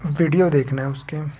video देखना है उसके